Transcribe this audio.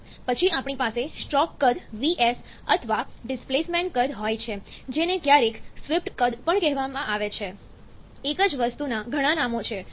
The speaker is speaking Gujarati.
પછી આપણી પાસે સ્ટ્રોક કદ અથવા ડિસ્પ્લેસમેન્ટ કદ હોય છે જેને ક્યારેક સ્વીપ્ટ કદ પણ કહેવાય છે એક જ વસ્તુના ઘણા નામો છે